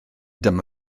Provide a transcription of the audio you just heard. dyma